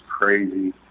crazy